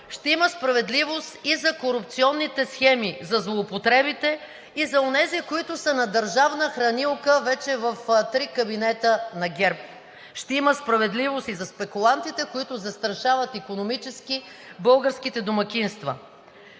ще има справедливост и за корупционните схеми, за злоупотребите и за онези, които са на държавна хранилка вече в три кабинета на ГЕРБ. Ще има справедливост и за спекулантите, които застрашават икономически българските домакинства.